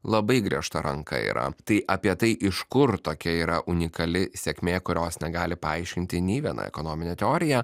labai griežta ranka yra tai apie tai iš kur tokia yra unikali sėkmė kurios negali paaiškinti nė viena ekonominė teorija